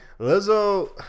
Lizzo